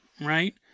Right